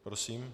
Prosím.